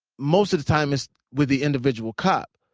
most of the time it's with the individual cop.